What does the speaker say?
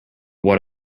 what